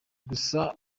gusa